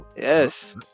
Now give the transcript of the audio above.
Yes